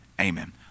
amen